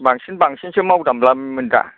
बांसिन बांसिनसो मावदामलाङो मोनदा